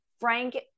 frank